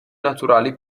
naturali